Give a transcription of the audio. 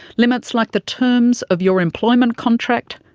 limits like the terms of your employment contract,